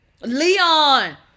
Leon